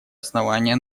основания